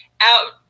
out